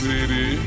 City